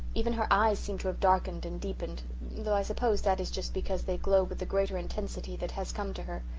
even her eyes seem to have darkened darkened and deepened though i suppose that is just because they glow with the greater intensity that has come to her.